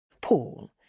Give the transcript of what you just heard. Paul